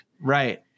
right